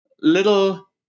little